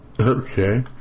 okay